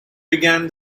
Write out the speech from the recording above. began